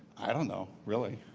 i don't know really.